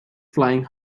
flying